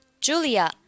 Julia